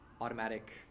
automatic